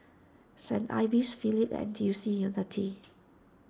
Saint Ives Phillips N T U C Unity